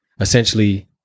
essentially